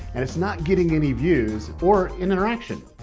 and it's not getting any views or interaction.